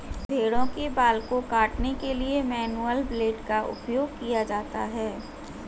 भेड़ों के बाल को काटने के लिए मैनुअल ब्लेड का उपयोग किया जाता है